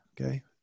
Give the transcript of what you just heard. okay